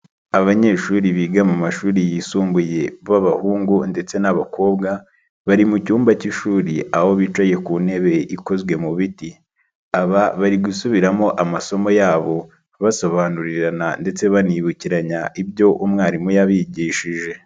Abanyeshuri biga mu mashuri yisumbuye b'abahungu ndetse n'abakobwa, bari mu cyumba cy'ishuri aho bicaye ku ntebe ikozwe mu biti, aba bari gusubiramo amasomo yabo basobanurirana ndetse banibukiranya ibyo umwarimu yabigishije.